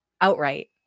outright